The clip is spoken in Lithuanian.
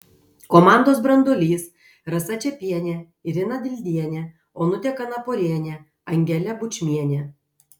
komandos branduolys rasa čepienė irina dildienė onutė kanaporienė angelė bučmienė